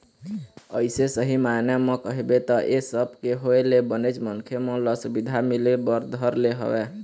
अइसे सही मायने म कहिबे त ऐ सब के होय ले बनेच मनखे मन ल सुबिधा मिले बर धर ले हवय